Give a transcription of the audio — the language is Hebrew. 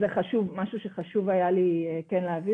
זה משהו שחשוב לי להבהיר.